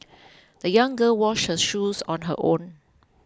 the young girl washed her shoes on her own